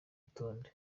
rutonde